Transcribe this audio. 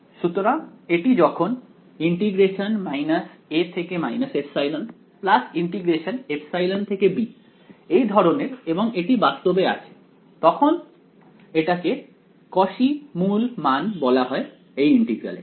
সুতরাং এটি যখন এই ধরনের এবং এটি বাস্তবে আছে তখন এটাকে কসি মূল মান বলা হয় এই ইন্টিগ্রাল এর